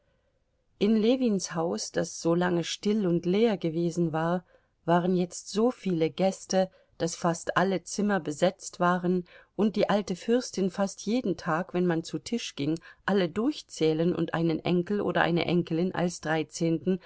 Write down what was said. in ljewins haus das so lange still und leer gewesen war waren jetzt so viele gäste daß fast alle zimmer besetzt waren und die alte fürstin fast jeden tag wenn man zu tisch ging alle durchzählen und einen enkel oder eine enkelin als dreizehnten